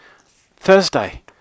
Thursday